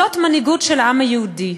זאת מנהיגות של העם היהודי,